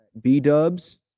B-dubs